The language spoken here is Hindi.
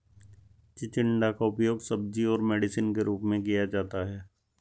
चिचिण्डा का उपयोग सब्जी और मेडिसिन के रूप में किया जाता है